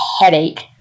headache